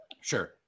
sure